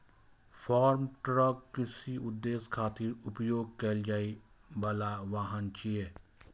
farm truck कृषि उद्देश्य खातिर उपयोग कैल जाइ बला वाहन छियै